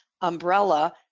umbrella